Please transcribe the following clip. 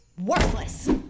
Worthless